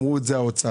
אמר את זה האוצר.